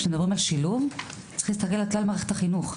כשמדברים על שילוב צריך להסתכל על כלל מערכת החינוך.